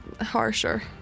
harsher